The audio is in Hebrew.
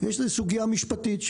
יש סוגיה משפטית,